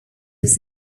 was